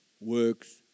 works